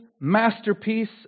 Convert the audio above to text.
masterpiece